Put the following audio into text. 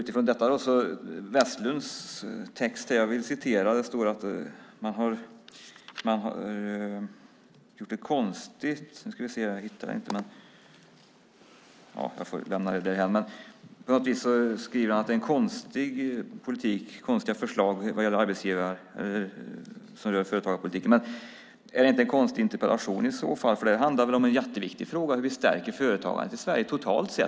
Börje Vestlund skriver att det är en konstig politik och konstiga förslag som rör företagarpolitiken. Men är det inte en konstig interpellation i så fall? Det här handlar väl om en viktig fråga, nämligen hur vi stärker företagandet i Sverige totalt sett?